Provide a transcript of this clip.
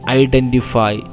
identify